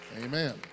Amen